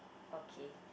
okay